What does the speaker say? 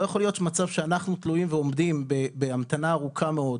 לא יכול להיות מצב שאנחנו תלויים ועומדים בהמתנה ארוכה מאוד,